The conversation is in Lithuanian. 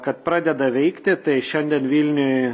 kad pradeda veikti tai šiandien vilniuj